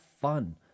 fun